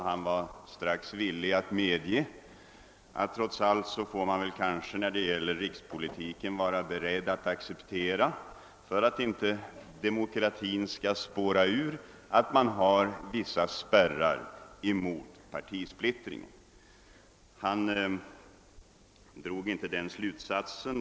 Han var strax villig att medge att det trots allt för att demokratin inte skall spåra ur behövs vissa spärrar mot partisplittring i rikspolitiken.